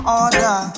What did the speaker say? order